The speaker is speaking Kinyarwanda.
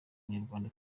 abanyarwanda